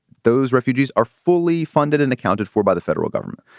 those refugees are fully funded and accounted for by the federal government.